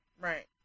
Right